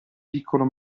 piccolo